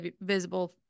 visible